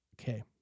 Okay